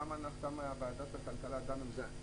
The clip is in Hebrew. כמה ועדת הכלכלה דנה בזה.